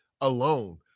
alone